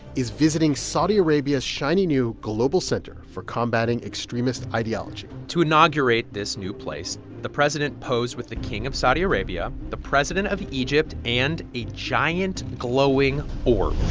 is visiting saudi arabia's shiny new global center for combating extremist ideology to inaugurate this new place, the president posed with the king of saudi arabia, the president of egypt, and a giant, glowing orb